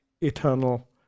eternal